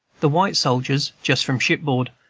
the white soldiers, just from ship-board,